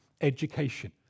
education